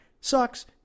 Sucks